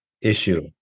issue